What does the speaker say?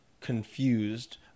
confused